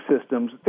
systems